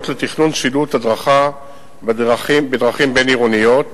לתכנון שילוט הדרכה בדרכים בין-עירוניות,